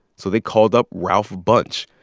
so they called up ralph bunche.